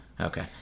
Okay